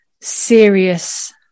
serious